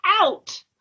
out